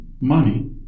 money